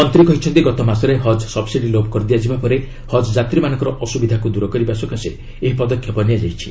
ମନ୍ତ୍ରୀ କହିଛନ୍ତି ଗତମାସରେ ହଜ୍ ସବ୍ସିଡି ଲୋପ୍ କରିଦିଆଯିବା ପରେ ହଜ୍ ଯାତ୍ରୀମାନଙ୍କର ଅସୁବିଧାକୁ ଦୂର କରିବା ସକାଶେ ଏହି ପଦକ୍ଷେପ ନିଆଯାଇଛି